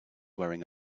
wearing